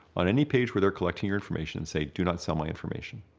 on any page where they're collecting your information, and say, do not sell my information.